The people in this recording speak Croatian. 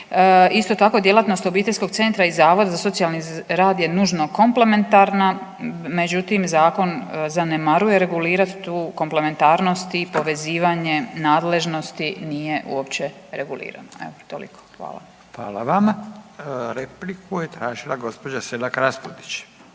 Isto tako djelatnost obiteljskog centra i Zavoda za socijalni rad je nužno komplementarna. Međutim, zakon zanemaruje regulirati tu komplementarnost i povezivanje nadležnosti nije uopće regulirano. Evo toliko. Hvala. **Radin, Furio (Nezavisni)** Hvala. Repliku je tražila gospođa Selak Raspudić.